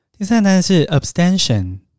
第三单是abstention